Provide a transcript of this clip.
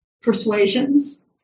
persuasions